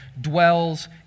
dwells